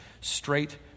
straight